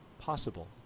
possible